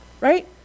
Right